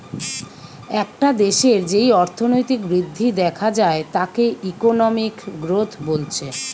একটা দেশের যেই অর্থনৈতিক বৃদ্ধি দেখা যায় তাকে ইকোনমিক গ্রোথ বলছে